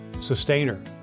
sustainer